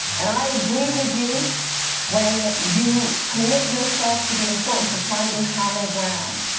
and i agree with you when you commit yourself to the importance of finding common ground.